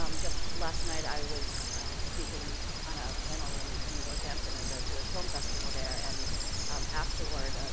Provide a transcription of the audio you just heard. um just last night i was speaking on a panel in in northampton in the jewish film festival there, and afterward, um,